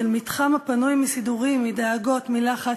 של מתחם הפנוי מסידורים, מדאגות, מלחץ,